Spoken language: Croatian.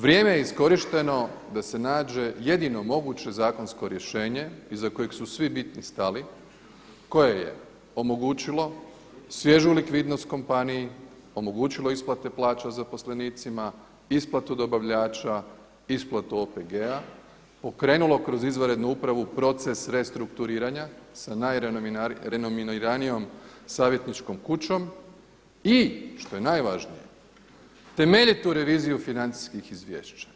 Vrijeme je iskorišteno da se nađe jedino moguće zakonsko rješenje iza kojeg su svi bitni stali koje je omogućilo svježu likvidnost kompaniji, omogućilo isplate plaće zaposlenicima, isplatu dobavljača, isplatu OPG-a, okrenulo kroz izvanrednu upravu proces restrukturiranja sa najrenomiranijom savjetničkom kućom i što je najvažnije, temeljitu reviziju financijskih izvješća.